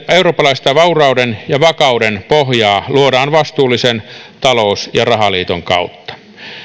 eurooppalaista vaurauden ja vakauden pohjaa luodaan vastuullisen talous ja rahaliiton kautta